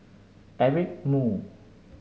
Eric Moo